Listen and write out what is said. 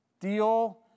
deal